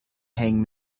hang